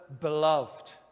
beloved